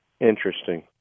Interesting